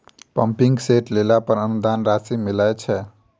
Pumping set लेला पर अनुदान राशि मिलय छैय?